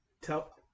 Tell